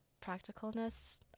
practicalness